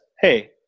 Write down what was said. hey